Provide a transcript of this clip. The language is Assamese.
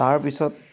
তাৰপিছত